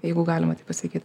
jeigu galima taip pasakyt